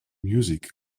music